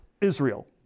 Israel